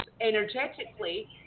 energetically